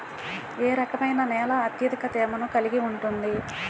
ఏ రకమైన నేల అత్యధిక తేమను కలిగి ఉంటుంది?